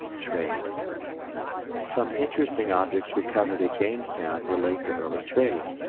trade some interesting objects recovered at jamestown relate to early trade.